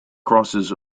crosses